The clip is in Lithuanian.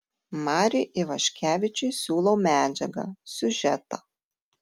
mariui ivaškevičiui siūlau medžiagą siužetą